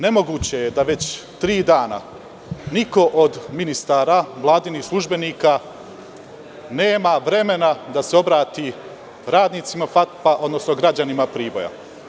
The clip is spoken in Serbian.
Nemoguće je da već tri dana niko od ministara, vladinih službenika nema vremena da se obrati radnicima FAP, odnosno građanima Priboja.